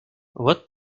what